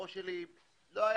הראש שלי לא ידע